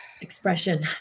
expression